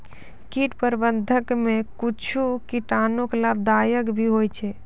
कीट प्रबंधक मे कुच्छ कीटाणु लाभदायक भी होय छै